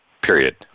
period